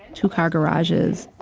two-car garages.